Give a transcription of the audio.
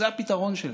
זה הפתרון שלה.